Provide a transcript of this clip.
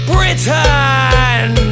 Britain